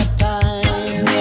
time